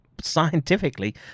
scientifically